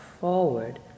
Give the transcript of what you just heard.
forward